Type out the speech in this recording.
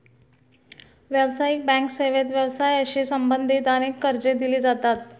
व्यावसायिक बँक सेवेत व्यवसायाशी संबंधित अनेक कर्जे दिली जातात